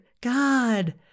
God